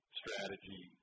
strategy